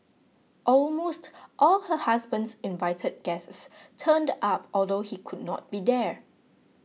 almost all her husband's invited guests turned up although he could not be there